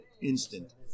instant